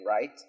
right